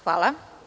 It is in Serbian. Hvala.